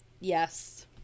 yes